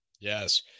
Yes